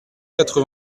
quatre